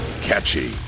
catchy